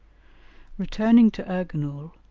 returning to erginul,